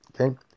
Okay